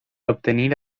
obtenir